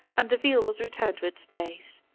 and the veil was returned to its place.